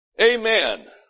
Amen